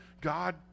God